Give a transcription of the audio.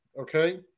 okay